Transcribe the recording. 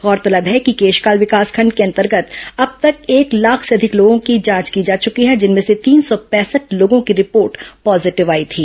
गौरतलब है कि केशकाल विकासखंड के अंतर्गत अब तक एक लाख से अधिक लोगों की जांच की जा चुकी है जिनमें से तीन सौ पैंसठ लोगों की रिपोर्ट पॉजिटिव आई थी